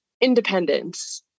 independence